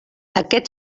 aquest